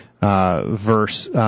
verse